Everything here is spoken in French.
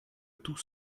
tout